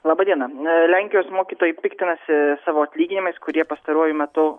labą dieną lenkijos mokytojai piktinasi savo atlyginimais kurie pastaruoju metu